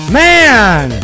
man